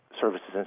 services